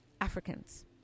Africans